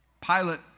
Pilate